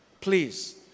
Please